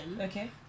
Okay